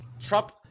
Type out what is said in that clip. Trump